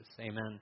Amen